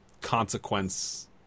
consequence